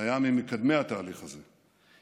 שהיה ממקדמי התהליך הזה,